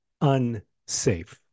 unsafe